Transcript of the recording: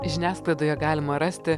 žiniasklaidoje galima rasti